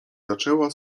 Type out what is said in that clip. zaczęła